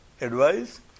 advice